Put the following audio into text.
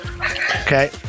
Okay